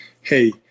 hey